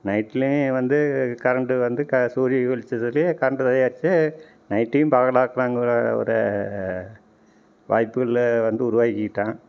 நைட்லேயும் வந்து கரண்ட்டு வந்து க சூரிய வெளிச்சத்திலே கரண்ட்டு தயாரித்து நைட்டையும் பகலாக்கிறாங்கிற ஒரு வாய்ப்புகளை வந்து உருவாக்கிவிட்டான்